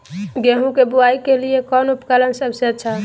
गेहूं के बुआई के लिए कौन उपकरण सबसे अच्छा है?